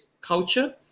culture